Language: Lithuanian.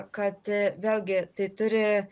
kad vėlgi tai turi